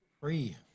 Free